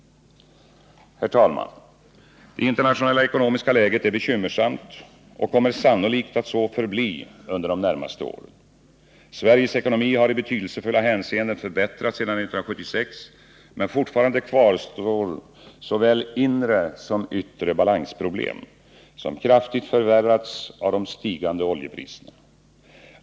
Herr talman! Det internationella ekonomiska läget är bekymmersamt och kommer sannolikt att så förbli under de närmaste åren. Sveriges ekonomi har i betydelsefulla hänseenden förbättrats sedan 1976, men fortfarande kvarstår såväl inre som yttre balansproblem, som kraftigt förvärrats av de stigande oljepriserna.